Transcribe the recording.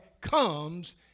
comes